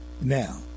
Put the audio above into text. now